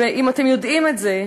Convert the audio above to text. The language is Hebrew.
ואם אתם יודעים את זה,